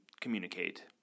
communicate